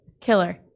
Killer